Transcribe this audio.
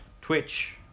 Twitch